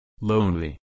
lonely